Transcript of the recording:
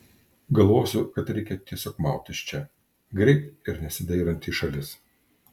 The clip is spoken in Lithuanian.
galvosiu kad reikia tiesiog maut iš čia greit ir nesidairant į šalis